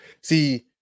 see